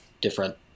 different